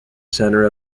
centre